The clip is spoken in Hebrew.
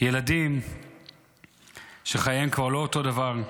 ילדים שחייהם כבר לא אותו דבר.